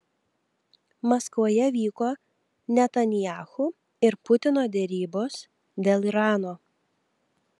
maskvoje vyko netanyahu ir putino derybos dėl irano